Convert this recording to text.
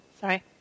sorry